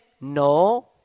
No